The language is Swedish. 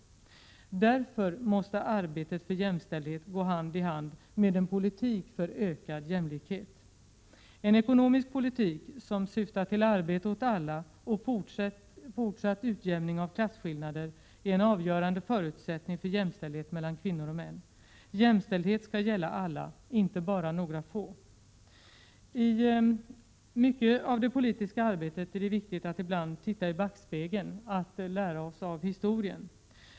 Arbetet för jämställdhet måste därför gå hand i hand med en politik för ökad jämlikhet. En ekonomisk politik som syftar till arbete åt alla och fortsatt utjämning av klasskillnader, är en avgörande förutsättning för jämställdhet mellan kvinnor och män. Jämställdhet skall gälla alla — inte bara några få. I mycket av det politiska arbetet är det viktigt att ibland titta i backspegeln och att lära av historien.